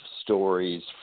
stories